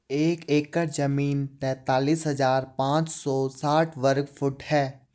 एक एकड़ जमीन तैंतालीस हजार पांच सौ साठ वर्ग फुट है